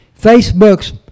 Facebook's